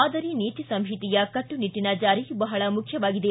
ಮಾದರಿ ನೀತಿ ಸಂಹಿತೆಯ ಕಟ್ಟುನಿಟ್ಟಿನ ಜಾರಿ ಬಹಳ ಮುಖ್ಯವಾಗಿದೆ